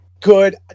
good